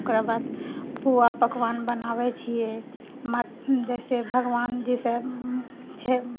ओकरा बाद पुआ पकवान बनाबैत छियै जैसे भगवान जैसे छै